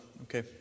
Okay